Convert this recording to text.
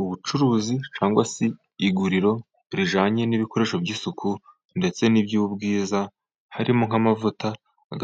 Ubucuruzi cyangwa se iguriro rijyanye n'ibikoresho by'isuku, ndetse n'iby'ubwiza. Harimo: nk'amavuta